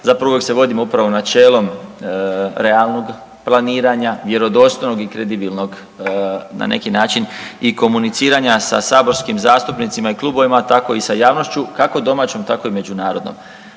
zapravo uvijek se vodimo upravo načelom realnog planiranja, vjerodostojnog i kredibilnog na neki način i komuniciranja sa saborskim zastupnicima i klubovima, tako i sa javnošću kako domaćom tako i međunarodnom.